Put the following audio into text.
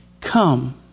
come